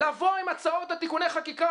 לבוא עם הצעות לתיקוני חקיקה,